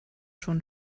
schon